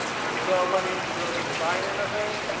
there is no money to really design anything.